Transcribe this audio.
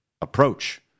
approach